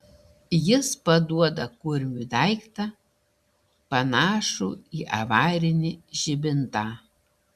jis paduoda kurmiui daiktą panašų į avarinį žibintą